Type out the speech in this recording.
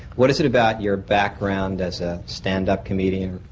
what is it about your background as a standup comedian.